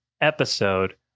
episode